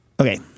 okay